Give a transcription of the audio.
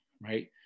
right